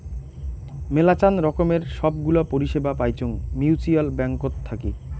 মেলাচান রকমের সব গুলা পরিষেবা পাইচুঙ মিউচ্যুয়াল ব্যাঙ্কত থাকি